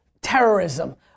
terrorism